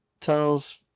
tunnels